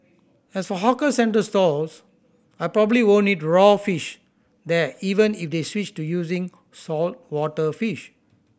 as for hawker centre stalls I probably won't eat raw fish there even if they switched to using saltwater fish